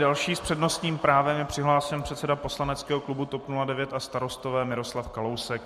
Další s přednostním právem je přihlášen předseda Poslaneckého klubu TOP 09 a Starostové Miroslav Kalousek.